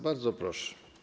Bardzo proszę.